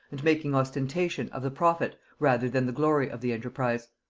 and making ostentation of the profit rather than the glory of the enterprise.